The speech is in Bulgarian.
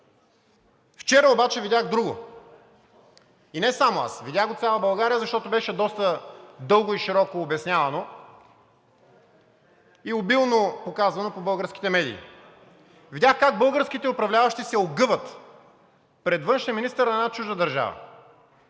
Вчера обаче видях друго и не само аз, видя го цяла България, защото беше доста дълго и широко обяснявано и обилно показвано по българските медии. Видях как българските управляващи се огъват пред външния министър на една чужда държава.